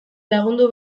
lagundu